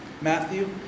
matthew